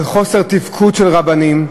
על חוסר תפקוד של רבנים,